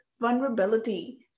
Vulnerability